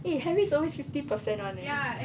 eh harry always fifty percent one eh